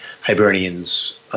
Hibernian's